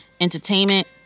entertainment